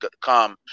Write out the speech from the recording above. come